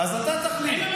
עם מי סיכמתם?